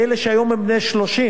לאלה שהיום הם בני 30,